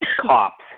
cops